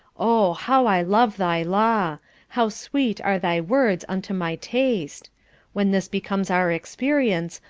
oh, how i love thy law how sweet are thy words unto my taste when this becomes our experience,